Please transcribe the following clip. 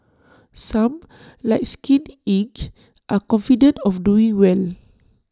some like skin Inc are confident of doing well